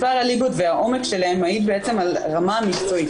מספר הליגות והעומק שלהם מעיד בעצם על הרמה המקצועית,